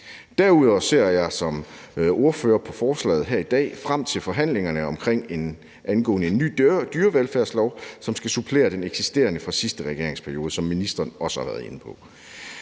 Derudover ser jeg som ordfører på forslaget her i dag frem til forhandlingerne angående en ny dyrevelfærdslov, som skal supplere den eksisterende fra sidste regeringsperiode, som ministeren også har været inde på.